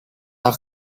have